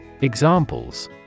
Examples